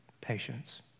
patience